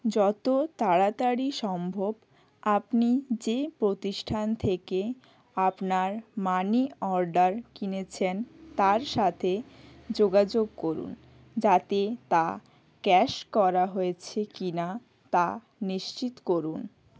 যত তাড়াতাড়ি সম্ভব আপনি যে প্রতিষ্ঠান থেকে আপনার মানি অর্ডার কিনেছেন তার সাথে যোগাযোগ করুন যাতে তা ক্যাশ করা হয়েছে কি না তা নিশ্চিত করুন